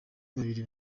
babiri